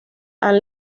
han